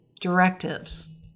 directives